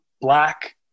Black